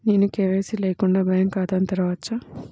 నేను కే.వై.సి లేకుండా బ్యాంక్ ఖాతాను తెరవవచ్చా?